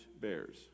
Bears